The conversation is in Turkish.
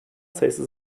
sayısı